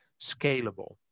scalable